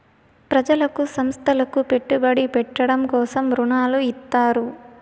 ప్రజలకు సంస్థలకు పెట్టుబడి పెట్టడం కోసం రుణాలు ఇత్తారు